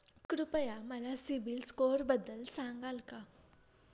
कृपया मला सीबील स्कोअरबद्दल सांगाल का?